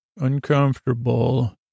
uncomfortable